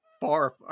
far